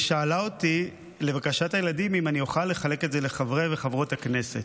היא שאלה אותי אם אני אוכל לחלק את זה לחברי וחברות הכנסת.